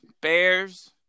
Bears